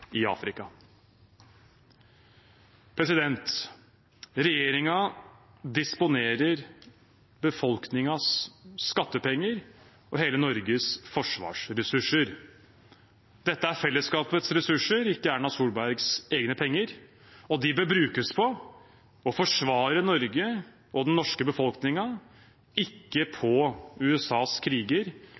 i Afrika. Regjeringen disponerer befolkningens skattepenger og hele Norges forsvarsressurser. Dette er fellesskapets ressurser, ikke Erna Solbergs egne penger, og de bør brukes på å forsvare Norge og den norske befolkningen, ikke på USAs kriger